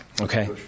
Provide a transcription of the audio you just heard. okay